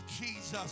Jesus